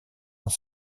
dans